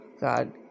God